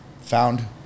found